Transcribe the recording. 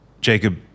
Jacob